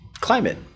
climate